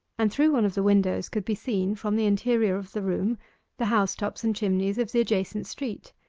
and through one of the windows could be seen from the interior of the room the housetops and chimneys of the adjacent street,